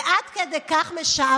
זה עד כדי כך משעמם?